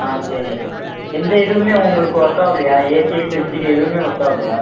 ஆ சரிங்க எந்த இதுவுமே உங்களுக்கு ஒர்க் ஆகலையா ஏசி ஃப்ரிட்ஜு எதுவுமே ஒர்க் ஆகலையா